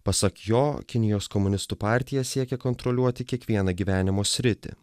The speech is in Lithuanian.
pasak jo kinijos komunistų partija siekia kontroliuoti kiekvieną gyvenimo sritį